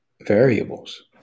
Variables